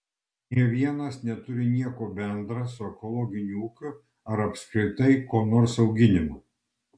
nė vienas neturi nieko bendra su ekologiniu ūkiu ar apskritai ko nors auginimu